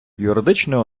юридичною